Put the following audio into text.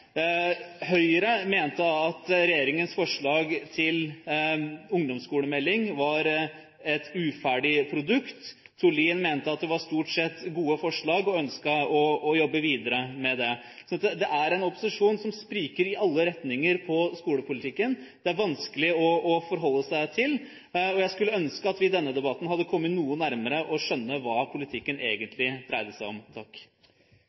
Høyre mente at regjeringens forslag til ungdomsskolemelding var et uferdig produkt. Tord Lien mente at det stort sett var gode forslag, og ønsket å jobbe videre med dem. Så det er en opposisjon som spriker i alle retninger når det gjelder skolepolitikken. Det er det vanskelig å forholde seg til. Jeg skulle ønske at vi i denne debatten hadde kommet noe nærmere med tanke på å skjønne hva politikken egentlig dreide seg om.